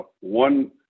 one